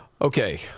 Okay